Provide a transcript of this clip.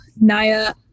Naya